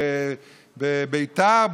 בביתר,